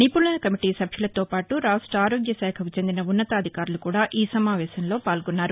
నిపుణుల కమిటీ సభ్యులతో పాటు రాష్ట ఆరోగ్య శాఖకు చెందిన ఉన్నతాధికారులు కూడా ఈ సమావేశంలో పాల్గొన్నారు